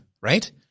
right